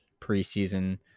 preseason